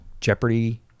Jeopardy